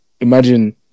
imagine